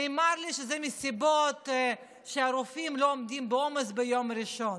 נאמר לי שזה משום שהרופאים לא עומדים בעומס ביום ראשון.